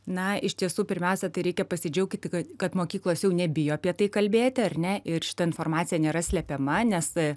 na iš tiesų pirmiausia tai reikia pasidžiaugti kad mokyklos jau nebijo apie tai kalbėti ar ne ir šita informacija nėra slepiama nes tai